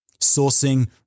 Sourcing